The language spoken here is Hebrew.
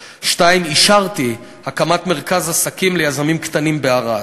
2. אישרתי הקמת מרכז עסקים ליזמים קטנים בערד.